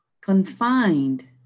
confined